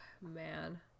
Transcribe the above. man